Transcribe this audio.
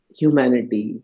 humanity